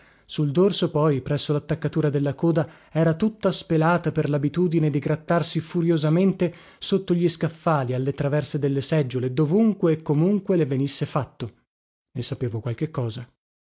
sul dorso poi presso lattaccatura della coda era tutta spelata per labitudine di grattarsi furiosamente sotto gli scaffali alle traverse delle seggiole dovunque e comunque le venisse fatto ne sapevo qualche cosa